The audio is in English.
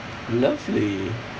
lovely